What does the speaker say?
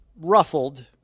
ruffled